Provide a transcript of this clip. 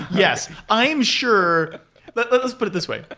yes. i'm sure but let's put it this way.